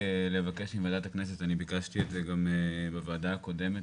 לבקש מוועדת הכנסת - אני ביקשתי את זה גם בוועדה הקודמת